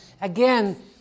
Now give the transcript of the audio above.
Again